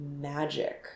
magic